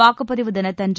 வாக்குப்பதிவு தினத்தன்று